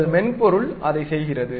உங்கள் மென்பொருள் அதைச் செய்கிறது